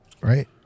right